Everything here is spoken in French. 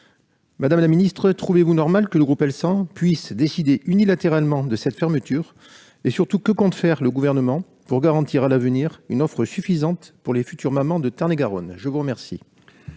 de l'autonomie, trouvez-vous normal que le groupe Elsan puisse décider unilatéralement de cette fermeture ? Surtout, que compte faire le Gouvernement pour garantir à l'avenir une offre suffisante pour les futures mères de Tarn-et-Garonne ? La parole